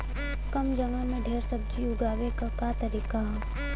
कम जगह में ढेर सब्जी उगावे क का तरीका ह?